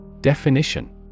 Definition